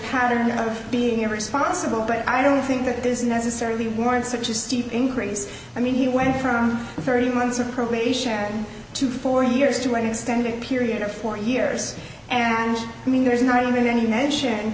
pattern of being irresponsible but i don't think that there's necessarily warrants such a steep increase i mean he went from thirty months of probation to four years to an extended period of four years and i mean there's not really any mention